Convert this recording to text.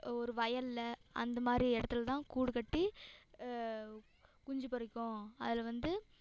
ஒரு வயல்ல அந்த மாதிரி இடத்துலதான் கூடு கட்டி குஞ்சு பொரிக்கும் அது வந்து